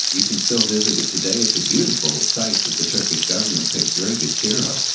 you can still visit it today. it's a beautiful sight that the turkish government takes very good care of.